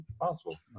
possible